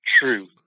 true